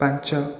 ପାଞ୍ଚ